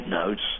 notes